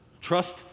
Trust